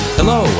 Hello